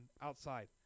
outside